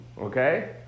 Okay